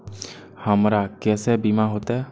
हमरा केसे बीमा होते?